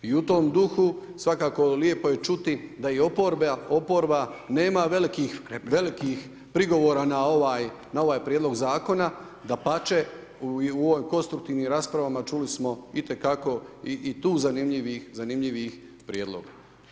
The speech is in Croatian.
I u tom duhu, svakako lijepo je čuti da i oporba nema velikih prigovora na ovaj Prijedlog zakona, dapače, i u ovim konstruktivnim raspravama čuli smo i te kako i tu zanimljivih prijedloga.